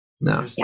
no